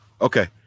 Okay